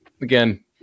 again